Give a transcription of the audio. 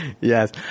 Yes